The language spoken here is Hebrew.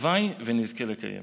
הלוואי שנזכה לקיים.